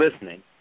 listening